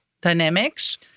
dynamics